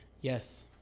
Yes